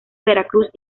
veracruz